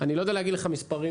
אני לא יודע להגיד לך מספרים.